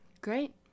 Great